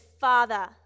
Father